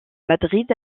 madrid